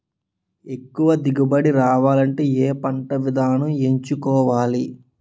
ఎక్కువ దిగుబడి రావాలంటే ఏ పంట విధానం ఎంచుకోవాలి?